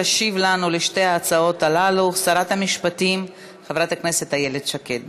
תשיב לנו על שתי ההצעות הללו שרת המשפטים איילת שקד.